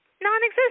non-existent